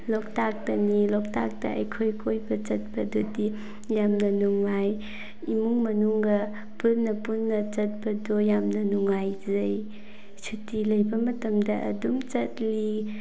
ꯂꯣꯛꯇꯥꯛꯇꯅꯤ ꯂꯣꯛꯇꯥꯛꯇ ꯑꯩꯈꯣꯏ ꯀꯣꯏꯕ ꯆꯠꯄꯗꯨꯗꯤ ꯌꯥꯝꯅ ꯅꯨꯡꯉꯥꯏ ꯏꯃꯨꯡ ꯃꯅꯨꯡꯒ ꯄꯨꯟꯅ ꯄꯨꯟꯅ ꯆꯠꯄꯗꯣ ꯌꯥꯝꯅ ꯅꯨꯡꯉꯥꯏꯖꯩ ꯁꯨꯇꯤ ꯂꯩꯕ ꯃꯇꯝꯗ ꯑꯗꯨꯝ ꯆꯠꯂꯤ